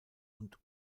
und